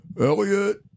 Elliot